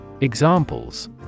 Examples